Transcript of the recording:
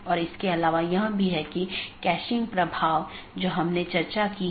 3 अधिसूचना तब होती है जब किसी त्रुटि का पता चलता है